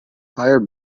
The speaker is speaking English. fire